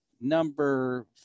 number